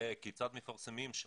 כיצד מפרסמים שם?